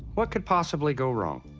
what could possibly go wrong?